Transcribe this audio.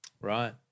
Right